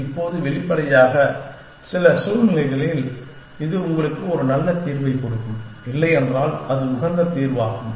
இப்போது வெளிப்படையாக சில சூழ்நிலைகளில் இது உங்களுக்கு ஒரு நல்ல தீர்வைக் கொடுக்கும் இல்லையென்றால் அது உகந்த தீர்வாகும்